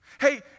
Hey